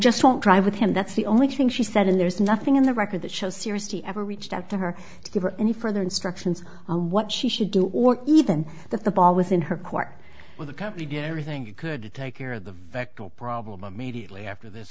just won't drive with him that's the only thing she said and there's nothing in the record that shows seriously ever reached out to her to give her any further instructions on what she should do or even the ball within her court or the company did everything it could take care of the vector problem immediately after this